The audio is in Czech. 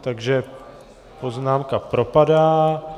Takže poznámka propadá.